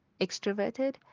extroverted